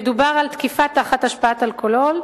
מדובר על תקיפה תחת השפעת אלכוהול,